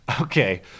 okay